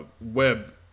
web